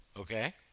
okay